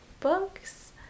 books